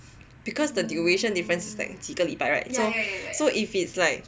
because the duration difference is like 几个礼拜 right so if it's like